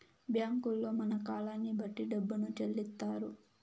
బ్యాంకుల్లో మన కాలాన్ని బట్టి డబ్బును చెల్లిత్తారు